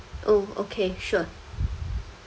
oh okay sure